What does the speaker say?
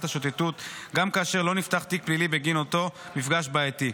השוטטות גם כאשר לא נפתח תיק פלילי בגין אותו מפגש בעייתי.